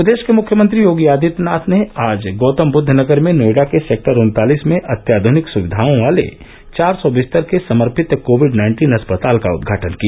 प्रदेश के मुख्यमंत्री योगी आदित्यनाथ ने आज गौतमवुद्ध नगर में नोएडा के सेक्टर उन्तालीस में अत्याध्निक सुविधाओं वाले चार सौ बिस्तर के समर्पित कोविड नाइन्टीन अस्पताल का उदघाटन किया